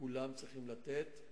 כולם צריכים לתת,